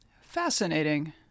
Fascinating